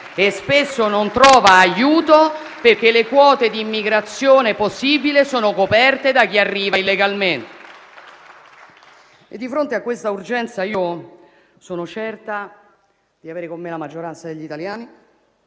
e spesso non trova aiuto, perché le quote di immigrazione possibile sono coperte da chi arriva illegalmente. Di fronte a questa urgenza sono certa di avere con me la maggioranza degli italiani